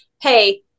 Hey